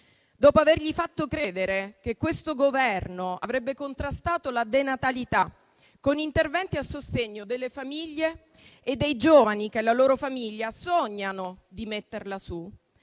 dopo aver fatto credere loro che il Governo avrebbe contrastato la denatalità, con interventi a sostegno delle famiglie e dei giovani, che la loro famiglia sognano di metterla su,